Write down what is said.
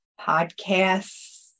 podcasts